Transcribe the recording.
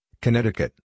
Connecticut